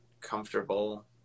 comfortable